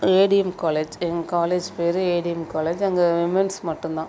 ஏ D M college எங்கள் college பேர் A D M college அங்கே விமென்ஸ் மட்டுந்தான்